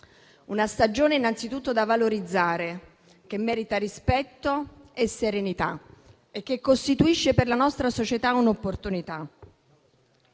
una stagione innanzitutto da valorizzare, che merita rispetto e serenità e che costituisce un'opportunità